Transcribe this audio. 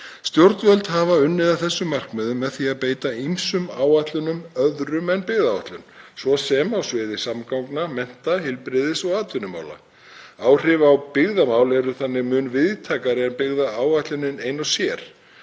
Stjórnvöld hafa unnið að þessum markmiðum með því að beita ýmsum áætlunum öðrum en byggðaáætlun, svo sem á sviði samgangna, mennta-, heilbrigðis- og atvinnumála. Áhrif á byggðamál eru þannig mun víðtækari en byggðaáætlunin ein og sér.